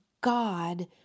God